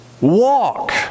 Walk